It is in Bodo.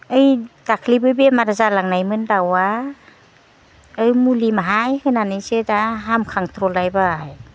ओइ दाख्लैबो बेमारबो जालांनायमोन दाउआ ओइ मुलि माहाय होनानैसो दा हामखां थ'लायबाय